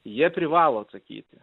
jie privalo atsakyti